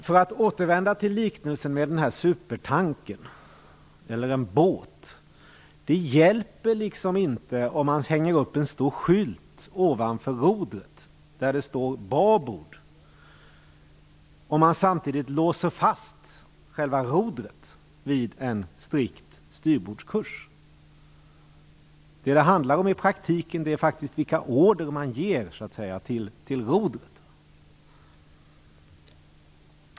Låt mig återvända till liknelsen med supertankern, eller en båt. Det hjälper inte att sätta upp en stor skylt ovanför rodret där det står babord, om man samtidigt låser fast själva rodret vid en strikt styrbordskurs. I praktiken handlar det om vilka order man ger till rodret.